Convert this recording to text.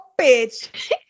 bitch